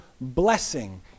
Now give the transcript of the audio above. blessing